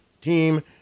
team